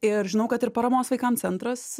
ir žinau kad ir paramos vaikam centras